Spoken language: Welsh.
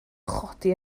chodi